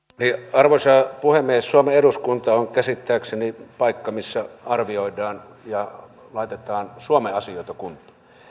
arvoisa puhemies suomen eduskunta on käsittääkseni paikka missä arvioidaan ja laitetaan kuntoon suomen asioita